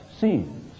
scenes